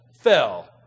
fell